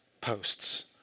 posts